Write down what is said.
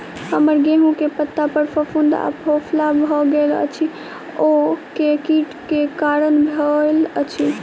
हम्मर गेंहूँ केँ पत्ता पर फफूंद आ फफोला भऽ गेल अछि, ओ केँ कीट केँ कारण भेल अछि?